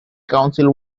council